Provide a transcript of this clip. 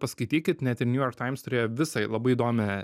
paskaitykit net ir new york times turėjo visai labai įdomią